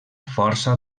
força